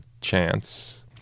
chance